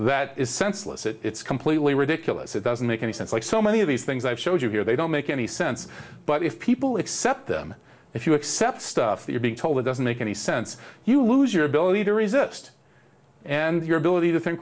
that is senseless it's completely ridiculous it doesn't make any sense like so many of these things i've showed you here they don't make any sense but if people accept them if you accept stuff they're being told it doesn't make any sense you lose your ability to resist and your ability to think